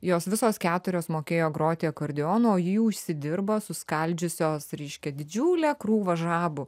jos visos keturios mokėjo groti akordeonu o jį užsidirbo suskaldžiusios reiškia didžiulę krūvą žabų